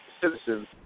citizens